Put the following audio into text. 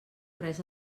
res